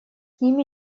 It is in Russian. ними